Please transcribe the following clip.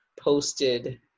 posted